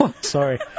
Sorry